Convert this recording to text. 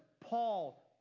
Paul